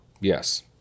Yes